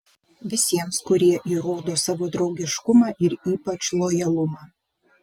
visiems kurie įrodo savo draugiškumą ir ypač lojalumą